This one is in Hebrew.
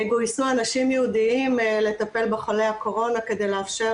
גויסו אנשים ייעודיים לטפל בחולי הקורונה כדי לאפשר